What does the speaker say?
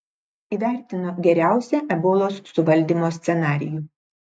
įvertino geriausią ebolos suvaldymo scenarijų